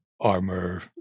armor